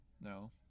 No